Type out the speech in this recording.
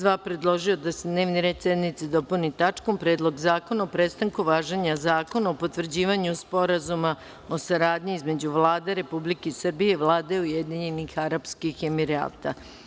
Poslovnika, predložio je da se dnevni red sednice dopuni tačkom – Predlog zakona o prestanku važenja Zakona o potvrđivanju Sporazuma o saradnji između Vlade Republike Srbije i Vlade Ujedinjenih Arapskih Emirata.